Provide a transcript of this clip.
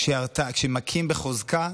כשמכים בחוזקה,